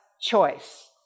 choice